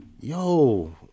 Yo